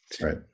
Right